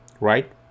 Right